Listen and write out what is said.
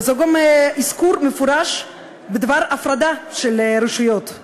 וזה גם אזכור מפורש בדבר הפרדת הרשויות: